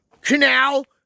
Canal